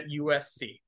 USC